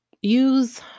use